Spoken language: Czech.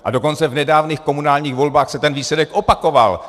A dokonce v nedávných komunálních volbách se ten výsledek opakoval.